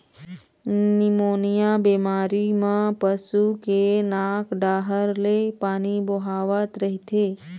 pneumonia बेमारी म पशु के नाक डाहर ले पानी बोहावत रहिथे